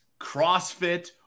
CrossFit